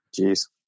Jeez